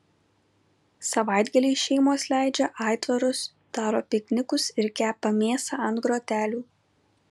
savaitgaliais šeimos leidžia aitvarus daro piknikus ir kepa mėsą ant grotelių